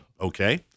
okay